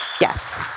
yes